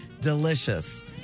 Delicious